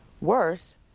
Worse